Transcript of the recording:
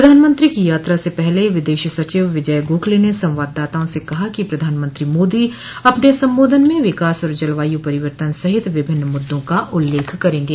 प्रधानमंत्रो की यात्रा से पहले विदेश सचिव विजय गोखले ने संवाददाताओं से कहा कि प्रधानमंत्री मोदी अपने संबोधन में विकास और जलवायु परिवर्तन सहित विभिन्न मूद्दों का उल्लेख करेंगे